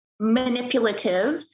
manipulative